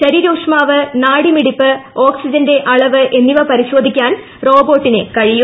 ശരീരോഷ്മാവ് നാഡിമിടിപ്പ് ഓക്സിജന്റെ അളവ് എന്നിവ പരിശോധിക്കാൻ റോബോട്ടിന് കഴിയും